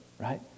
right